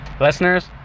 Listeners